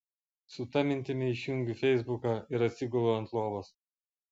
su ta mintimi išjungiu feisbuką ir atsigulu ant lovos